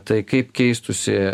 tai kaip keistųsi